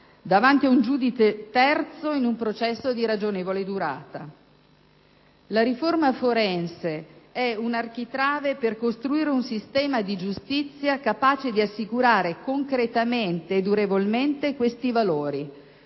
davanti a un giudice terzo entro una ragionevole durata. La riforma forense è un architrave per costruire un sistema di giustizia capace di assicurare concretamente e durevolmente questi valori.